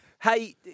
Hey